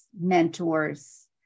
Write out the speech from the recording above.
mentors